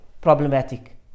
problematic